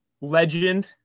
legend